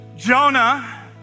Jonah